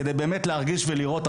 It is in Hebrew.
כדי באמת להרגיש ולראות,